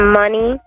money